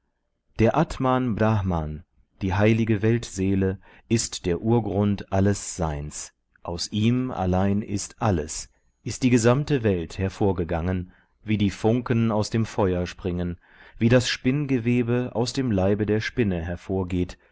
der atman brahman die heilige weltseele ist der urgrund alles seins aus ihm allein ist alles ist die gesamte welt hervorgegangen wie die funken aus dem feuer springen wie das spinngewebe aus dem leibe der spinne hervorgeht